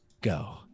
go